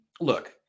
look